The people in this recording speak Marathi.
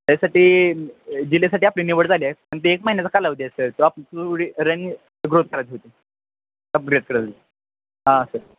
त्यासाठी जिल्ह्यासाठी आपली निवड झाली आहे पण ते एक महिन्याचा कालावधी आहे सर तो आप रनि ग्रोथ करायचं होते अपग्रेड करायचो हां सर